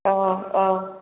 औ औ औ